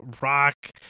rock